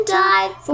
died